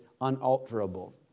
unalterable